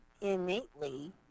innately